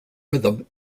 rhythm